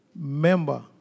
member